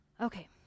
Okay